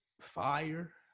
fire